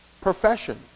profession